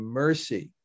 mercy